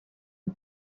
est